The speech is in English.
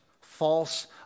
false